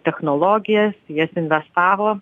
technologijas į jas invetavo